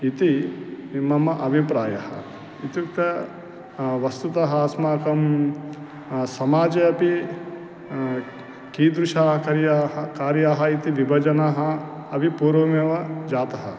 इति मम अभिप्रायः इत्युक्ते वस्तुतः अस्माकं समाजे अपि कीदृशाः कार्याः कार्याः इति विभाजनः अपि पूर्वमेव जातः